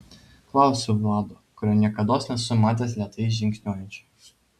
klausiu vlado kurio niekados nesu matęs lėtai žingsniuojančio